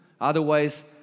otherwise